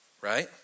right